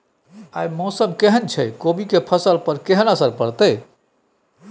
आय मौसम केहन छै कोबी के फसल पर केहन असर परतै?